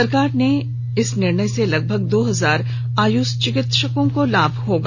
सरकार के इस निर्णय से लगभग दो हजार आयुष चिकित्सकों को लाभ होगा